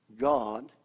god